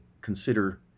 consider